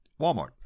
Walmart